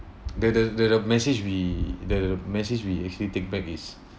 the the the the message we the message we actually take back is